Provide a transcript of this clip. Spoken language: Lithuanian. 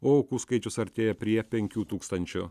o aukų skaičius artėja prie penkių tūkstančių